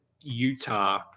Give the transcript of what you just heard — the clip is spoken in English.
Utah